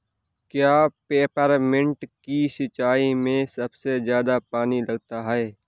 क्या पेपरमिंट की सिंचाई में सबसे ज्यादा पानी लगता है?